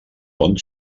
bon